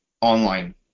online